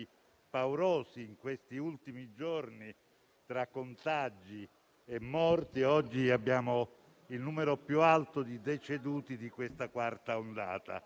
paurosi di questi ultimi giorni, tra contagi e morti; oggi abbiamo il numero più alto di deceduti di questa quarta ondata.